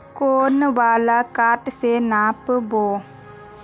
कौन वाला कटा से नाप बो?